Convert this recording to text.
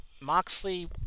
Moxley